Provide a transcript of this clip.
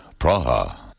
Praha